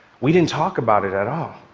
we didn't talk about it at all.